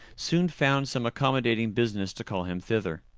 soon found some accommodating business to call him thither.